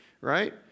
Right